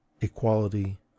equality